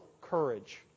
courage